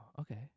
okay